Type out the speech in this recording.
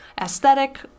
aesthetic